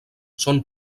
són